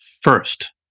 first